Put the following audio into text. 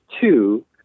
two